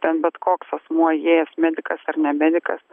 ten bet koks asmuo įėjęs medikas ar ne medikas